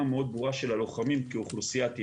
מאוד ברורה של הלוחמים כאוכלוסיית יעד.